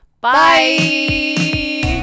Bye